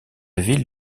ville